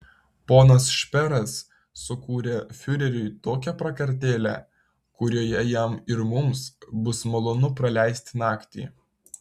ponas šperas sukūrė fiureriui tokią prakartėlę kurioje jam ir mums bus malonu praleisti naktį